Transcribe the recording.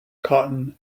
cotton